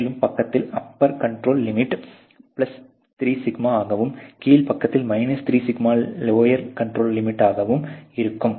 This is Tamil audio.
மேல் பக்கத்தில் அப்பர் கண்ட்ரோல் லிமிட் 3σ ஆகவும் கீழ் பக்கத்தில் 3σ லோயர் கண்ட்ரோல் லிமி டாகவும் இருக்கும்